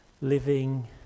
living